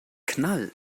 knall